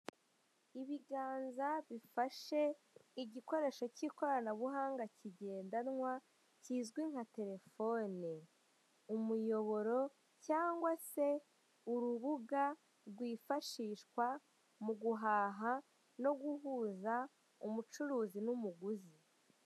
Ibiganza byifashe igikoresho cy'ikoranabuhanga kigendanwa, kizwi nka telefoni. Umuyoboro cyangwa se urubuga rwifashishwa mu guhaha no guhuza umucuruzi n'umuguzi.